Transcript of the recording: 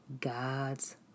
God's